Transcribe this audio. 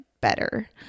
better